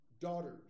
daughters